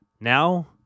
Now